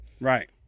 Right